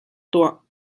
tuah